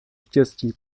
štěstí